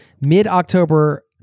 mid-October